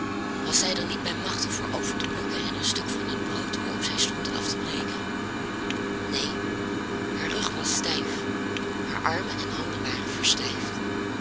was zij dan niet bij machte voorover te bukken en een stuk van het brood waarop zij stond af te breken neen haar rug was stijf haar armen en handen waren verstijfd